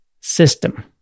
system